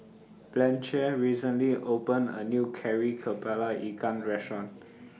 Blanchie recently opened A New Kari Kepala Ikan Restaurant